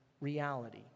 reality